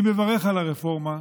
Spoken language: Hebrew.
אני מברך על הרפורמה,